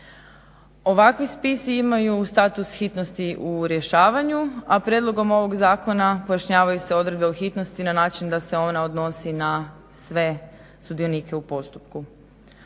Ovakvi spisi imaju status hitnosti u rješavanju, a prijedlogom ovog zakona pojašnjavaju se odredbe o hitnosti na način da se ona odnosi na sve sudionike u postupku.